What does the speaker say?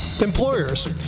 Employers